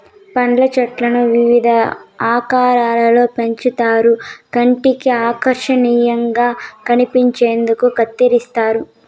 పండ్ల చెట్లను వివిధ ఆకారాలలో పెంచుతారు కంటికి ఆకర్శనీయంగా కనిపించేందుకు కత్తిరిస్తారు